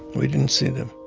we didn't see them.